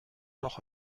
noch